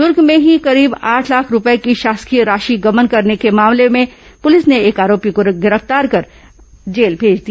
दूर्ग में करीब आठ लाख रूपये की शासकीय राशि गबन करने के मामले में पुलिस ने एक आरोपी को गिरफ्तार कर आज भेज दिया